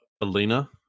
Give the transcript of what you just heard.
Alina